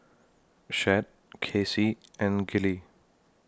Chet Kacie and Gillie